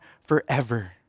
forever